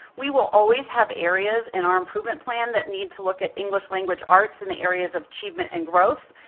we will always have areas in our improvement plan that need to look at english language arts in the areas of achievement and growth,